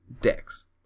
decks